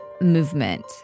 movement